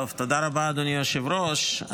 תודה רבה, אדוני היושב-ראש.